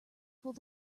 full